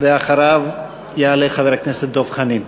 ואחריו יעלה חבר הכנסת דב חנין.